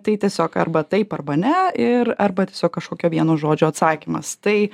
tai tiesiog arba taip arba ne ir arba tiesiog kažkokio vieno žodžio atsakymas tai